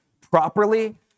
properly